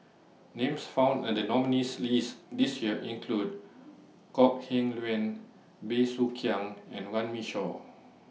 Names found in The nominees' list This Year include Kok Heng Leun Bey Soo Khiang and Runme Shaw